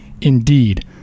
Indeed